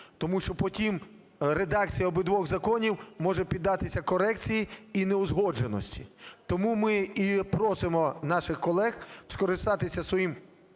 тому що потім редакція обох законів може піддатися корекції і неузгодженості. Тому ми і просимо наших колег скористатися своїм